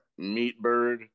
Meatbird